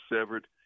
severed